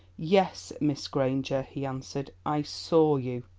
yes, miss granger, he answered, i saw you.